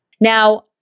Now